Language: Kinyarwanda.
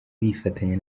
bifatanya